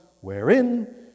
wherein